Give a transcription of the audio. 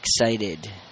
excited